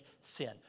sin